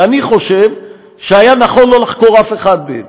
ואני חושב שהיה נכון לא לחקור אף אחד מהם,